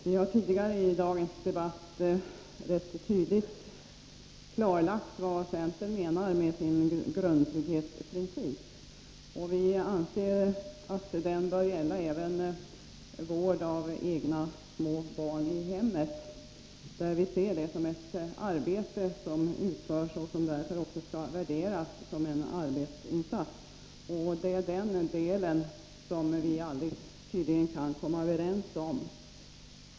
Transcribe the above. Vi har tidigare i dagens debatter tydligt klarlagt vad centern menar med sin grundtrygghetsprincip, och vi anser att den bör gälla även vård av egna, små barn i hemmet; vi ser det som ett arbete som utförs och som därför också skall värderas som en arbetsinsats. Det är den delen som vi tydligen aldrig kan komma överens om.